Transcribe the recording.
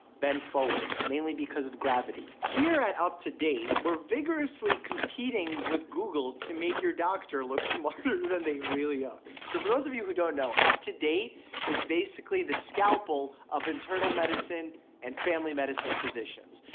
bend forward. mainly because of gravity. here at we're vigorously competing with google to make your doctor look smarter than they really are. so for those of you who don't know, uptodate is basically the scalpel of internal medicine and family medicine physicians.